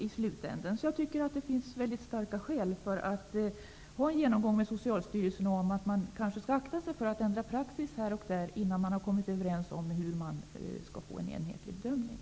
Jag tycker därför att det finns väldigt starka skäl för en genomgång med Socialstyrelsen om att akta sig för att ändra praxis på en del områden innan man kommit överens om hur man skall åstadkomma en enhetlig bedömning.